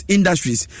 Industries